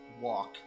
walk